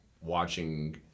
watching